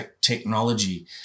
technology